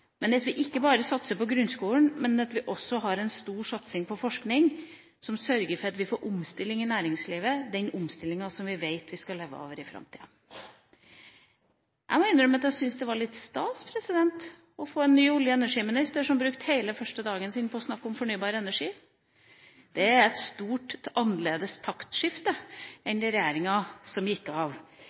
men også får en stor satsing på forskning som sørger for at vi får omstilling i næringslivet – den omstillingen vi vet vi skal leve av i framtida. Jeg må innrømme at jeg syntes det var litt stas å få en ny olje- og energiminister som brukte hele første dagen sin på å snakke om fornybar energi. Det er et stort, annerledes taktskifte i forhold til den regjeringen som gikk av,